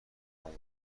آدم